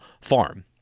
farm